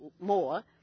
more